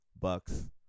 Bucks